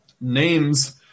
names